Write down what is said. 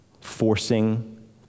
forcing